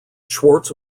schwartz